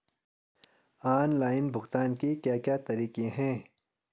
Online भुगतान के क्या क्या तरीके हैं?